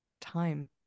time